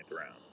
round